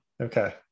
Okay